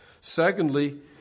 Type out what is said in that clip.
Secondly